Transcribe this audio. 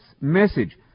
message